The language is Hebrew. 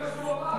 זה גם מה שהוא אמר.